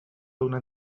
donar